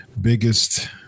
biggest